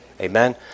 Amen